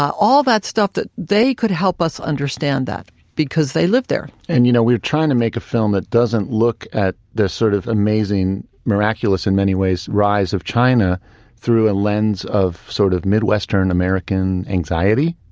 all that stuff that they could help us understand that because they lived there. and you know, we're trying to make a film that doesn't look at the sort of amazing, miraculous in many ways, rise of china through a lens of sort of midwestern american american anxiety.